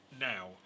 now